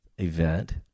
event